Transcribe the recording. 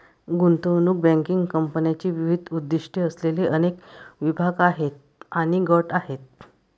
गुंतवणूक बँकिंग कंपन्यांचे विविध उद्दीष्टे असलेले अनेक विभाग आणि गट आहेत